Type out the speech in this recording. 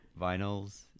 vinyls